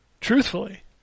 Truthfully